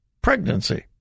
pregnancy